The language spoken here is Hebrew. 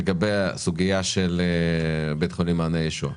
לגבי הסוגיה של בית חולים מעייני הישועה.